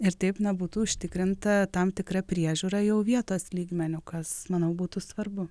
ir taip nebūtų užtikrinta tam tikra priežiūra jau vietos lygmeniu kas manau būtų svarbu